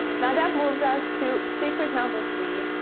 now that moves us to secret number three,